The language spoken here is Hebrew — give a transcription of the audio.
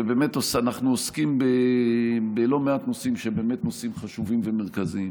ובאמת אנחנו עוסקים בלא מעט נושאים שהם באמת נושאים חשובים ומרכזיים.